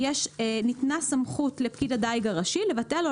ניתנה סמכות לפקיד הדיג הראשי לבטל או